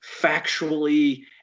factually